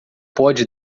pode